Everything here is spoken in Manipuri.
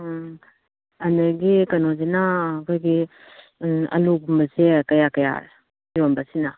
ꯎꯝ ꯑꯗꯒꯤ ꯀꯩꯅꯣꯖꯤꯅ ꯑꯩꯈꯣꯏꯒꯤ ꯑꯂꯨꯒꯨꯝꯕꯁꯦ ꯀꯌꯥ ꯀꯌꯥ ꯌꯣꯟꯕ ꯁꯤꯅ